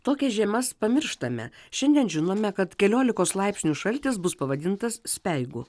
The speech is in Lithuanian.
tokias žiemas pamirštame šiandien žinome kad keliolikos laipsnių šaltis bus pavadintas speigu